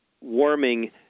warming